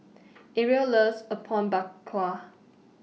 Ariel loves Apom Berkuah